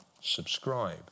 subscribe